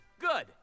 Good